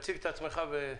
תציג את עצמך ותתייחס.